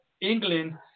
England